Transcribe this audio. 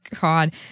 God